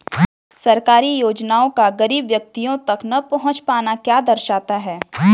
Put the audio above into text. सरकारी योजनाओं का गरीब व्यक्तियों तक न पहुँच पाना क्या दर्शाता है?